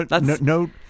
No